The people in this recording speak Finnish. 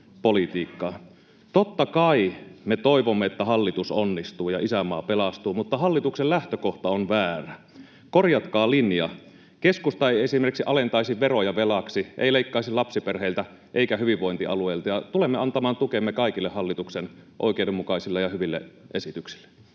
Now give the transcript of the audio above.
Totta kai me toivomme, että hallitus onnistuu ja isänmaa pelastuu, mutta hallituksen lähtökohta on väärä. Korjatkaa linja. Keskusta ei esimerkiksi alentaisi veroja velaksi, ei leikkaisi lapsiperheiltä eikä hyvinvointialueilta, ja tulemme antamaan tukemme kaikille hallituksen oikeudenmukaisille ja hyville esityksille.